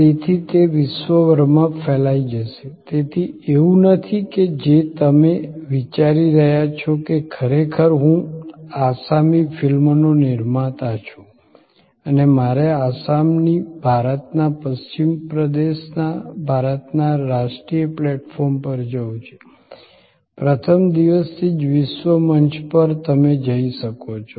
તેથી તે વિશ્વભરમાં ફેલાઈ જશે તેથી એવું નથી કે જે તમે વિચારી રહ્યાં છો કે ખરેખર હું આસામી ફિલ્મોનો નિર્માતા છું અને મારે આસામથી ભારતના પશ્ચિમ પ્રદેશમાં ભારતના રાષ્ટ્રીય પ્લેટફોર્મ પર જવું છે પ્રથમ દિવસથી જ વિશ્વ મંચ પર તમે જઈ શકો છો